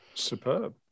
Superb